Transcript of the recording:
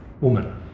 woman